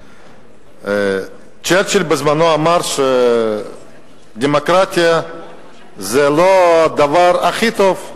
צ'רצ'יל אמר שדמוקרטיה זה לא הדבר הכי טוב,